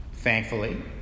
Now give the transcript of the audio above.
Thankfully